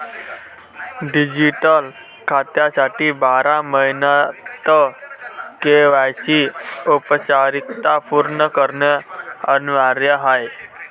digital खात्यासाठी बारा महिन्यांत के.वाय.सी औपचारिकता पूर्ण करणे अनिवार्य आहे